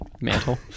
mantle